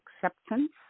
Acceptance